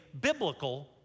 biblical